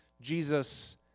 Jesus